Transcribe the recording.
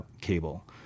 cable